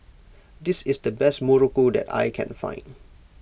this is the best Muruku that I can find